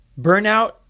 Burnout